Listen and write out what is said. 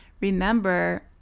remember